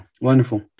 Wonderful